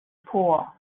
poor